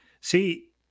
See